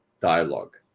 dialogue